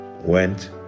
went